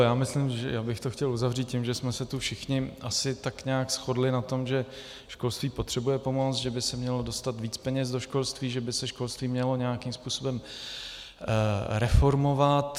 Já bych to chtěl uzavřít tím, že jsme se tu všichni asi nějak shodli na tom, že školství potřebuje pomoc, že by se mělo dostat více peněz do školství, že by se školství mělo nějakým způsobem reformovat.